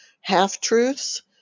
half-truths